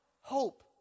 hope